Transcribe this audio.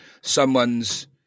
someone's